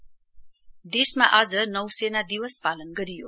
navy day देशमा आज नौसेना दिवस पालन गरियो